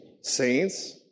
saints